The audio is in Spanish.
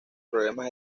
problemas